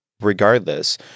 Regardless